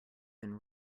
than